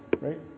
right